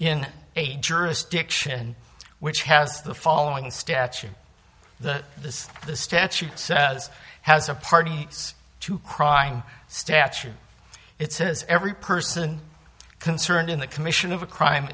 in a jurisdiction which has the following statute the the statute says has a party to crime statute it says every person concerned in the commission of a crime